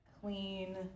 clean